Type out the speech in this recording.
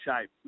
shape